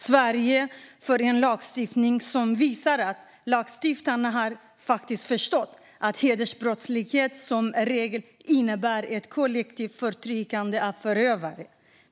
Sverige får en lagstiftning som visar att lagstiftarna har förstått att hedersbrottslighet som regel innebär ett kollektivt förtryck från förövarna.